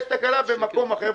יש תקלה במקום אחר,